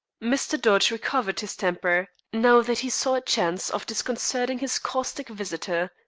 mr. dodge recovered his temper now that he saw a chance of disconcerting his caustic visitor.